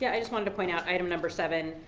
yeah i just wanted to point out item number seven,